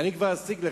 אני כבר אשיג לך.